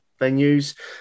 venues